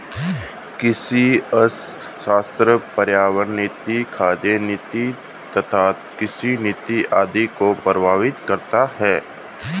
कृषि अर्थशास्त्र पर्यावरण नीति, खाद्य नीति तथा कृषि नीति आदि को प्रभावित करता है